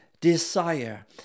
desire